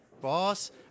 boss